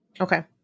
Okay